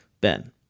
Ben